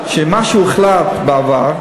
שמה שהוחלט בעבר,